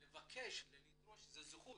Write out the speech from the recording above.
לבקש, לדרוש זה זכות.